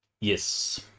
Yes